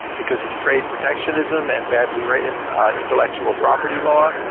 because of trade protectionism and badly written intellectual property law.